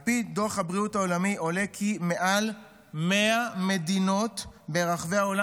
מדוח הבריאות העולמי עולה כי מעל 100 מדינות ברחבי העולם